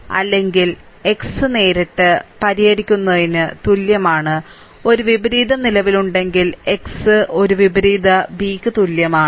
അല്ലെങ്കിൽ x നേരിട്ട് പരിഹരിക്കുന്നതിന് തുല്യമാണ് ഒരു വിപരീതo നിലവിലുണ്ടെങ്കിൽ x ഒരു വിപരീത b തുല്യമാണ്